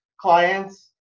clients